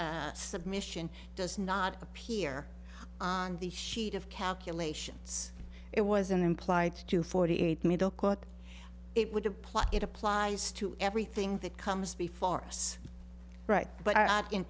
submission does not appear on the sheet of calculations it was an implied to forty eight middle quote it would apply it applies to everything that comes before us right but i